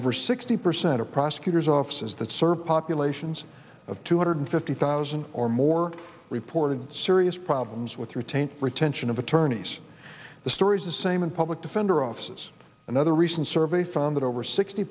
over sixty percent of prosecutors offices that serve populations of two hundred fifty thousand or more reported serious problems with retain retention of attorneys the stories the same and public defender offices another recent survey found that over sixty